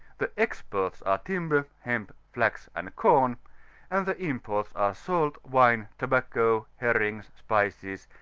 the exports are timber, nemp, flax, and com and the imports are salt, wine tobacco, herrings, spices,